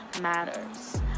matters